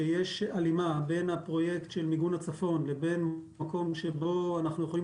כשיש הלימה בין הפרויקט של מיגון הצפון ובין מקום שבו אנחנו יכולים